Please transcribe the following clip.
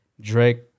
Drake